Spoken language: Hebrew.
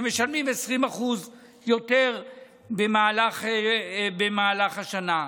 ומשלמים 20% יותר במהלך השנה.